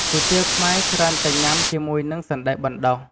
គុយទាវខ្មែរ ច្រើនតែញ៉ាំជាមួយនឹងសណ្តែកបណ្តុះ។